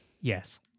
Yes